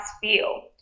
feel